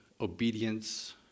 obedience